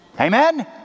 Amen